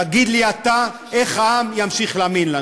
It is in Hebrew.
תגיד לי אתה, איך העם ימשיך להאמין לנו.